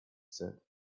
said